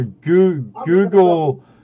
Google